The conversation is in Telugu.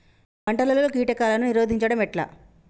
పంటలలో కీటకాలను నిరోధించడం ఎట్లా?